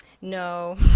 no